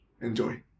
Enjoy